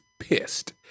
pissed